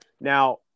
now